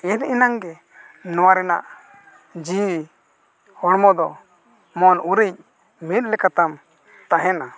ᱮᱱ ᱮᱱᱟᱝ ᱜᱮ ᱱᱚᱣᱟ ᱨᱮᱱᱟᱜ ᱡᱤᱣᱤ ᱦᱚᱲᱢᱚ ᱫᱚ ᱢᱚᱱ ᱩᱨᱤᱡ ᱢᱤᱫ ᱞᱮᱠᱟᱛᱟᱢ ᱛᱟᱦᱮᱱᱟ